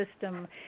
system